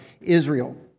Israel